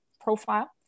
profile